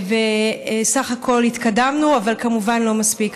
ובסך הכול התקדמנו, אבל כמובן לא מספיק.